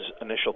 initial